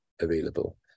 available